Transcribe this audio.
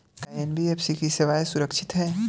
का एन.बी.एफ.सी की सेवायें सुरक्षित है?